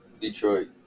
Detroit